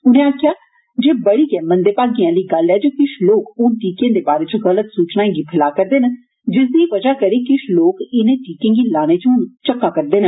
उनें गलाया जे एह् बड़ी गै मंदे भागें आहली गल्ल ऐ जे किश लोक हन टीके दे बारे च गल्त सूचनाएं गी फैला'रदे न जिसदी बजह करी किश लोक इनें टीके गी लाने च झक्का'रदे न